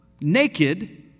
naked